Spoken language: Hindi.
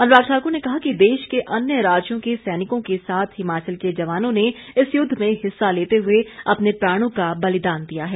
अनुराग ठाकुर ने कहा कि देश के अन्य राज्यों के सैनिकों के साथ हिमाचल के जवानों ने इस युद्ध में हिस्सा लेते हुए अपने प्राणों का बलिदान दिया है